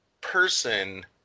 person